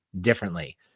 differently